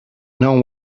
knowing